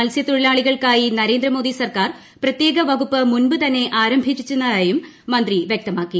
മത്സൃത്തൊഴിലാളികൾക്കായി നരേന്ദ്രമോദി സർക്കാർ പ്രത്യേക വകുപ്പ് മുൻപ് തന്നെ ആരംഭിച്ചിരുന്നതായും മന്ത്രി വൃക്തമാക്കി